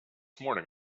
morning